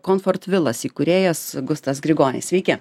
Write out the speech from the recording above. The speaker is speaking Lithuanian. konfortvilas įkūrėjas gustas grigonis sveiki